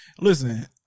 Listen